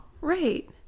Right